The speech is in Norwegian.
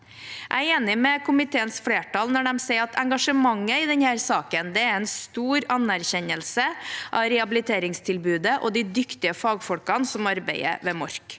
Jeg er enig med komiteens flertall når de sier at engasjementet i denne saken er en stor anerkjennelse av rehabiliteringstilbudet og de dyktige fagfolkene som arbeider ved Mork.